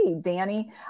Danny